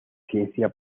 ciencia